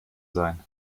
sein